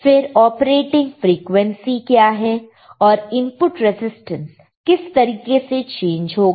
फिर operating frequency क्या है और इनपुट रजिस्टेंस किस तरीके से चेंज होगा